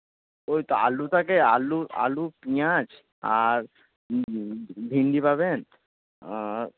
ওই তো আলু থাকে আলু আলু পেঁয়াজ আর ভিন্ডি পাবেন আর